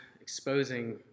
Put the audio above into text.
exposing